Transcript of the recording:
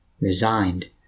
Resigned